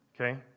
Okay